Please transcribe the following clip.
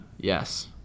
Yes